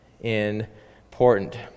important